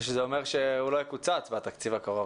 ושזה אומר שהוא לא יקוצץ בתקציב הקרוב,